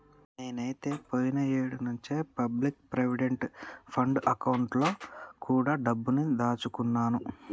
నేనైతే పోయిన ఏడు నుంచే పబ్లిక్ ప్రావిడెంట్ ఫండ్ అకౌంట్ లో కూడా డబ్బుని దాచుకున్నాను